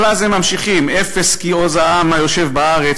אבל אז הם ממשיכים: "אפס כי עז העם היֹשב בארץ